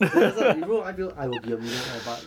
真的真的 if 如果 I_P_O I will be a millionaire but